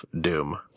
Doom